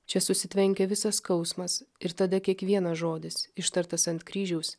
čia susitvenkia visas skausmas ir tada kiekvienas žodis ištartas ant kryžiaus